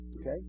Okay